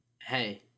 Hey